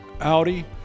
Audi